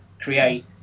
create